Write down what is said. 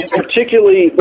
particularly